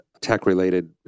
Tech-related